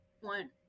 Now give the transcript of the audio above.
one